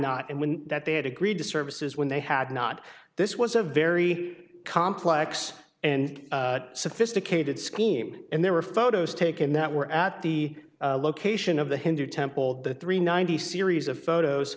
not and when that they had agreed to services when they had not this was a very complex and sophisticated scheme and there were photos taken that were at the location of the hindu temple the three ninety series of photos